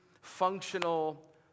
functional